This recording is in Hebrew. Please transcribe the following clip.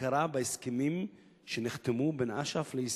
הכרה בהסכמים שנחתמו בין אש"ף לישראל,